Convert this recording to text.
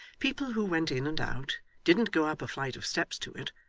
people who went in and out didn't go up a flight of steps to it,